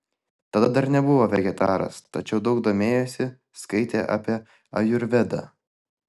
tada dar nebuvo vegetaras tačiau daug domėjosi skaitė apie ajurvedą